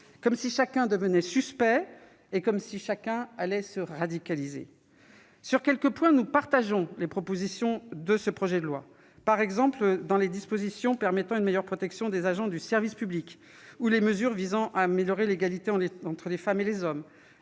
Comme si chacun devenait suspect et allait se radicaliser ... Sur quelques points, nous partageons les dispositions de ce projet de loi. Par exemple, nous souscrivons aux mesures permettant une meilleure protection des agents du service public ou à celles qui visent à améliorer l'égalité entre les femmes et les hommes.